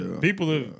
People